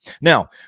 Now